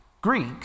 Greek